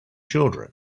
children